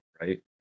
right